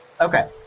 Okay